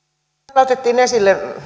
täällä otettiin esille